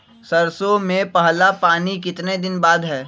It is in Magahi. सरसों में पहला पानी कितने दिन बाद है?